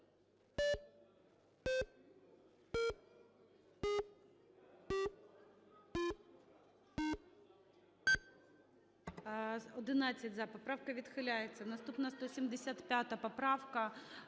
За-11 Поправка відхиляється. Наступна - 175 поправка.